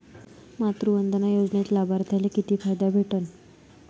मातृवंदना योजनेत लाभार्थ्याले किती फायदा भेटन?